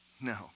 No